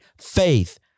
faith